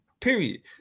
Period